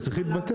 זה צריך להתבטל.